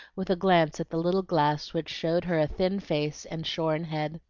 with a glance at the little glass which showed her a thin face and shorn head.